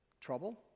Trouble